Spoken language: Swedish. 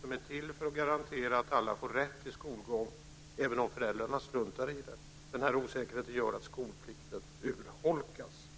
som är till för att garantera att alla får rätt till skolgång även om föräldrarna struntar i den, urholkas.